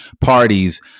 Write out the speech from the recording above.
parties